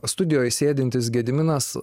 studijoj sėdintys gediminas